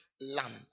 land